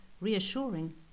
reassuring